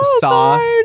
saw